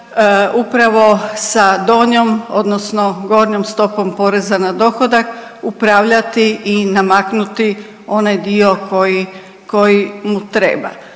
upravo sa donjom odnosno gornjom stopom poreza na dohodak upravljati i namaknuti onaj dio koji mu treba.